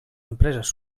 empreses